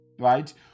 right